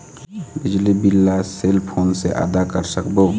बिजली बिल ला cell phone से आदा कर सकबो का?